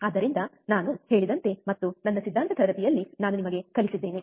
ಆದ್ದರಿಂದ ನಾನು ಹೇಳಿದಂತೆ ಮತ್ತು ನನ್ನ ಸಿದ್ಧಾಂತ ತರಗತಿಯಲ್ಲಿ ನಾನು ನಿಮಗೆ ಕಲಿಸಿದ್ದೇನೆ